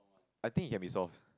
I think it can be solved